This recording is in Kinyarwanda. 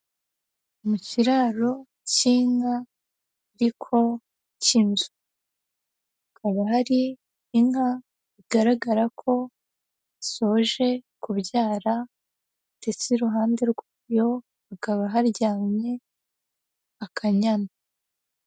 Mu kiraro cy'inka ariko cy'inzu, hakaba hari inka bigaragara ko isoje kubyara ndetse iruhande rwayo hakaba haryamye akanyana.